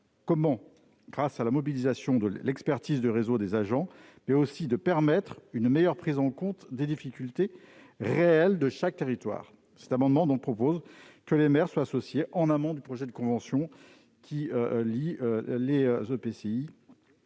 savoirs, grâce à la mobilisation de l'expertise du réseau des agents, mais aussi à une meilleure prise en compte des difficultés réelles de chaque territoire. Cet amendement vise à ce que les maires soient associés en amont à tout projet de convention que signerait l'EPCI